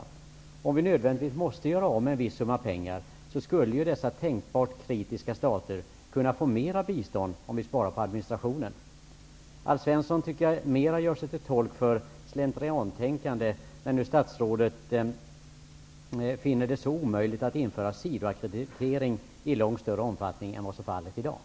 Men om vi nödvändigtvis skall göra av med en viss summa pengar kan dessa kritiska stater få mera i bistånd om vi sparar på administrationen. Alf Svensson gör sig mera till tolk för slentriantänkande, tycker jag. Statsrådet finner det ju helt omöjligt att införa en sidoackreditering i långt större utsträckning än som i dag är fallet.